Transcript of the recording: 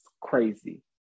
crazy